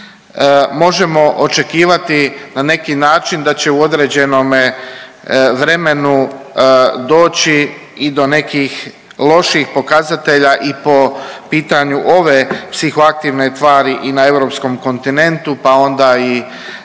možemo očekivati na neki način da će u određenome vremenu doći i do nekih lošijih pokazatelja i po pitanju ove psihoaktivne tvari i na europskom kontinentu, pa onda i